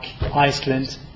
Iceland